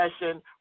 session